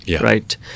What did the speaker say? right